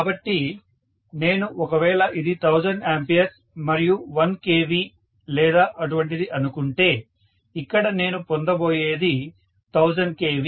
కాబట్టి నేను ఒకవేళ ఇది 1000A మరియు 1 kV లేదా అటువంటిది అనుకుంటే ఇక్కడ నేను పొందబోయేది 1000kV